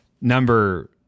number